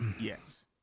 Yes